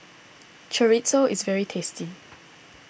Chorizo is very tasty